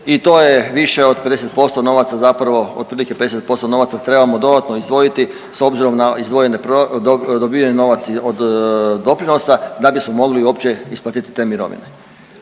i to je više od 50% novaca zapravo, otprilike 50% novaca trebamo dodatno izdvojiti s obzirom na izdvojene dobiveni novac od doprinosa da bismo mogli uopće isplatiti te mirovine.